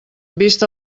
vist